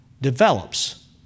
develops